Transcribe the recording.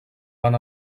van